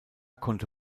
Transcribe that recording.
konnte